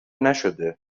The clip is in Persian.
نشده